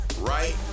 right